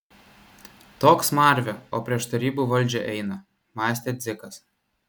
toks smarvė o prieš tarybų valdžią eina mąstė dzikas